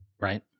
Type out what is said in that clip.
Right